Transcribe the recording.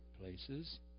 places